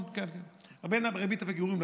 ריבית הפיגורים.